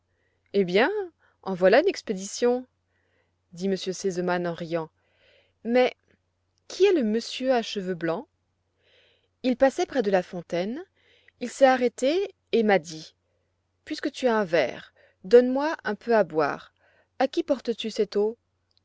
eh bien voilà une expédition dit m r sesemann en riant mais qui est le monsieur à cheveux blancs il passait près de la fontaine il s'est arrêté et m'a dit puisque tu as un verre donne-moi un peu à boire à qui portes-tu cette eau